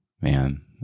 man